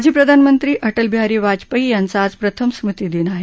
माजी प्रधानमंत्री अटलबिहारी वाजपेयी यांचा आज प्रथम स्मृतीदिन आहे